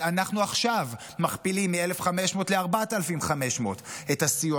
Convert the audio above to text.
אנחנו עכשיו מכפילים מ-1,500 ל-4,500 את הסיוע